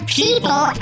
people